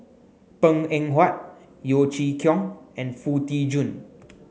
Png Eng Huat Yeo Chee Kiong and Foo Tee Jun